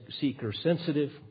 seeker-sensitive